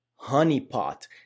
honeypot